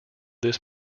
this